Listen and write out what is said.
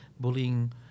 bullying